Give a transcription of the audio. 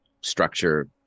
structure